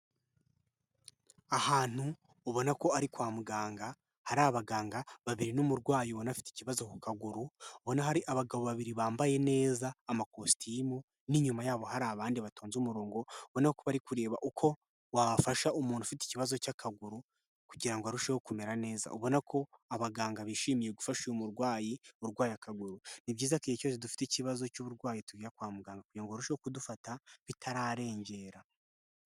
Ahantu ubona ko ari kwa muganga, hari abaganga babiri n'umurwayi ubona ko afite ikibazo ku kaguru, ubona hari abagabo babiri bambaye neza amakositimu n'inyuma yabo hari abandi batonze umurongo, ubona ko bari kureba uko wafasha umuntu ufite ikibazo cy'akaguru, kugira ngo arusheho kumera neza. Ubona ko abaganga bishimiye gufasha uyu murwayi, urwaye akaguru. Ni byiza ko igihe cyose dufite ikibazo cy'uburwayi tujya kwa muganga, kugira ngo barusheho kudufata bitararengera.